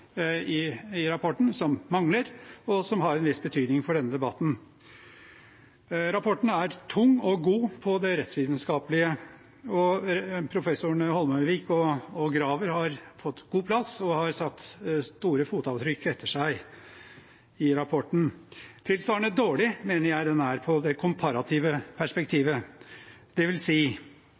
som mangler i rapporten, og som har en viss betydning for denne debatten. Rapporten er tung og god på det rettsvitenskapelige. Professorene Holmøyvik og Graver har fått god plass og har satt store fotavtrykk etter seg i rapporten. Tilsvarende dårlig mener jeg den er på det komparative perspektivet.